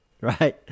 right